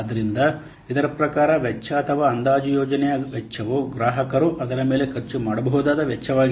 ಆದ್ದರಿಂದ ಇದರ ಪ್ರಕಾರ ವೆಚ್ಚ ಅಥವಾ ಅಂದಾಜು ಯೋಜನೆಯ ವೆಚ್ಚವು ಗ್ರಾಹಕರು ಅದರ ಮೇಲೆ ಖರ್ಚು ಮಾಡಬಹುದಾದ ವೆಚ್ಚವಾಗಿದೆ